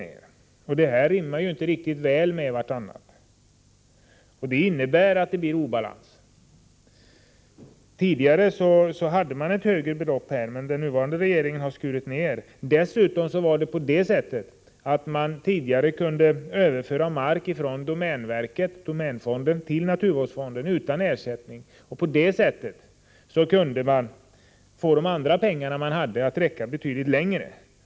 Dessa synpunkter rimmar inte särskilt väl med varandra. Resultatet är att det blir en obalans. Tidigare var anslaget alltså högre, men den nuvarande regeringen har skurit ner det. Dessutom kunde man förut överföra mark från domänverket, domänfonden, till naturvårdsfonden utan att ersättning behövde betalas. På det sättet kunde man få pengarna att räcka betydligt längre.